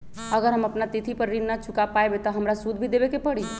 अगर हम अपना तिथि पर ऋण न चुका पायेबे त हमरा सूद भी देबे के परि?